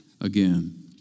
again